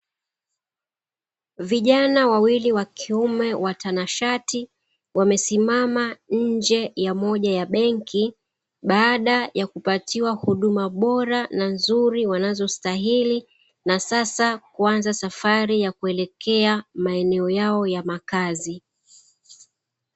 Vijana wawili wa kiume watanashati, wamesimama nje ya moja ya benki, baada ya kupatiwa huduma bora na nzuri wanazostahili, na sasa kuanza safari ya kuelekea maeneo yao ya makazi.